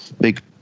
big